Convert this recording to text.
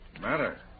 matter